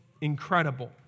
incredible